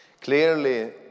Clearly